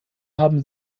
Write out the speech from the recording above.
haben